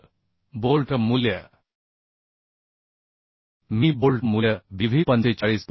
तर बोल्ट मूल्य मी बोल्ट मूल्य Bv 45